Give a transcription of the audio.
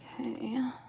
Okay